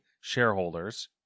shareholders